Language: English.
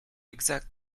exact